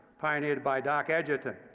pioneered by doc edgerton.